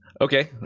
Okay